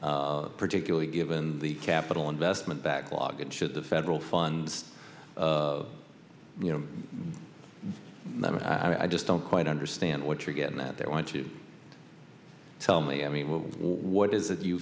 particularly given the capital investment backlog and should the federal funds you know i just don't quite understand what you're getting that they want to tell me i mean what is it you